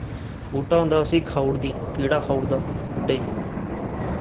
बूह्टा होंदा उस्सी खाई ओड़दी कीड़ा खाई ओड़दा बूह्टे